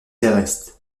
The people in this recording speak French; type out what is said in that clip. terrestres